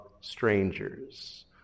strangers